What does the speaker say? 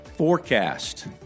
forecast